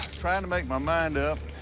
trying to make my mind up.